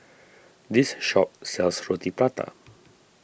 this shop sells Roti Prata